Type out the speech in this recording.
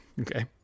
Okay